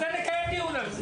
אז נקיים דיון על זה.